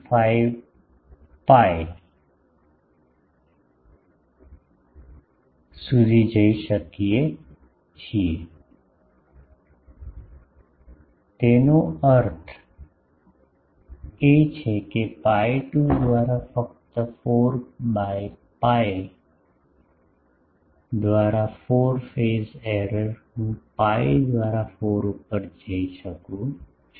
5 pi સુધી જઇ શકીએ છીએ તેનો અર્થ એ કે પાઈ 2 દ્વારા ફક્ત 4 બાય pi દ્વારા 4 ફેઝ એરર હું pi દ્વારા 4 ઉપર જઇ શકું છું